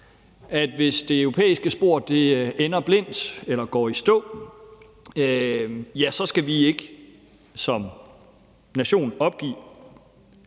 at hvis det europæiske spor ender blindt eller går i stå, skal vi ikke som nation opgive